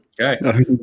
Okay